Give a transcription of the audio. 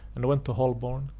and went to holborn,